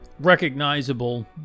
recognizable